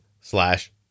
slash